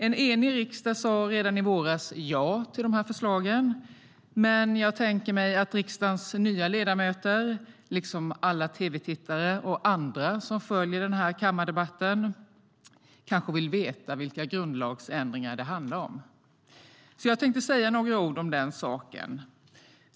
En enig riksdag sade redan i våras ja till de här förslagen, men jag tänker mig att riksdagens nya ledamöter liksom alla tv-tittare och andra som följer kammardebatten kanske vill veta vilka grundlagsändringar det handlar om. Därför tänkte jag säga några ord om den saken.